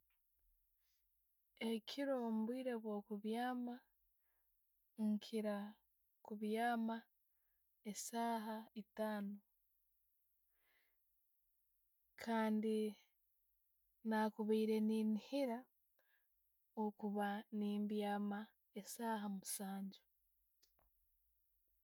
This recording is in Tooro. Ekiro, mubwiire bwo'kubyama, nkiira kubyaama esaaha etaano kandi nakubaire neniihiira okuba nembyama esaaha musaanju.